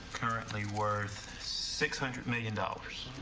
currently worth six hundred million dollars.